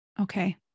Okay